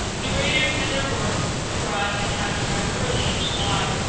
the raiders did their work and arrived at tadoussac early in july.